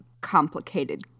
complicated